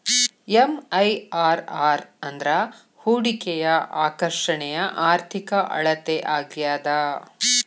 MIRR ಅಂದ್ರ ಹೂಡಿಕೆಯ ಆಕರ್ಷಣೆಯ ಆರ್ಥಿಕ ಅಳತೆ ಆಗ್ಯಾದ